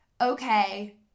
okay